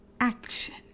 action